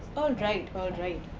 all right, all right.